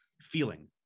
feeling